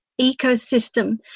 ecosystem